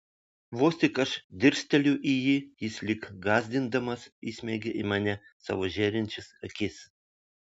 vos tik aš dirsteliu į jį jis lyg gąsdindamas įsmeigia į mane savo žėrinčias akis